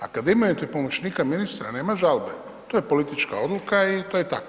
A kada imate pomoćnika ministra, nema žalbe, to je politička odluka i to je tako.